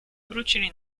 wrócili